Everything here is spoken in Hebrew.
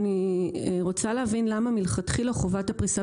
אני רוצה להבין למה מלכתחילה חובת הפריסה